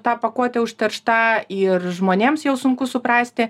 ta pakuotė užteršta ir žmonėms jau sunku suprasti